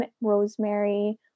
rosemary